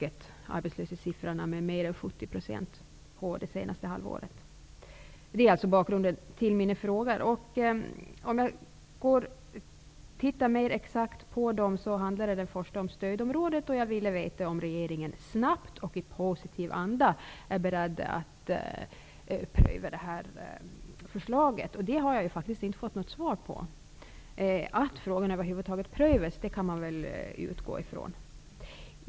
Antalet arbetslösa har ökat med mer än 70 % under det senaste halvåret. Min första fråga handlade om Gotland som stödområde, och jag ville veta om regeringen snabbt och i positiv anda är beredd att pröva det här förslaget. Det har jag faktiskt inte fått något svar på. Att frågorna prövas över huvud taget kan man väl utgå ifrån.